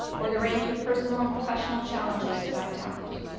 or the range of personal and professional challenges that i've tackled.